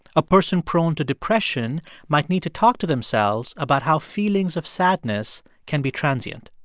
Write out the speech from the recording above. a person prone to depression might need to talk to themselves about how feelings of sadness can be transient.